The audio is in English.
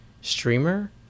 streamer